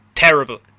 Terrible